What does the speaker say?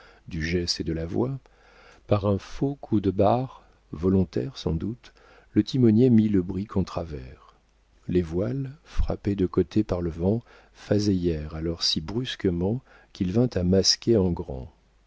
du geste et de la voix par un faux coup de barre volontaire sans doute le timonier mit le brick en travers les voiles frappées de côté par le vent faséièrent alors si brusquement qu'il vint à masquer en grand